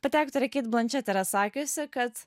pati aktorė keit blančet yra sakiusi kad